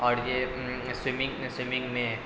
اور یہ swimming swimming میں